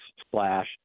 splash